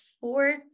four